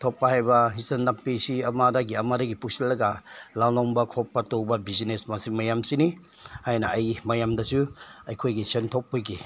ꯊꯣꯛꯄ ꯍꯥꯏꯕ ꯑꯦꯟꯁꯥꯡ ꯅꯥꯄꯤꯁꯤ ꯑꯃꯗꯒꯤ ꯑꯃꯗꯒꯤ ꯄꯨꯁꯤꯜꯂꯒ ꯂꯂꯣꯟꯕ ꯈꯣꯠꯄ ꯇꯧꯕ ꯕꯤꯖꯤꯅꯦꯖ ꯃꯁꯤ ꯃꯌꯥꯝꯁꯤꯅꯤ ꯍꯥꯏꯅ ꯑꯩ ꯃꯌꯥꯝꯗꯁꯨ ꯑꯩꯈꯣꯏꯒꯤ ꯁꯦꯟ ꯊꯣꯛꯄꯒꯤ